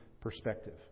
perspective